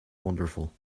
wonderful